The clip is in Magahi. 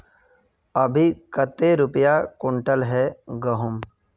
अभी कते रुपया कुंटल है गहुम?